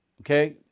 okay